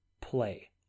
play